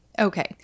Okay